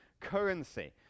currency